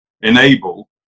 enable